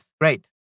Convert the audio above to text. Great